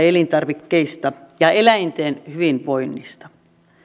elintarvikkeista ja eläinten hyvinvoinnista